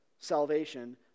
salvation